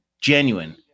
genuine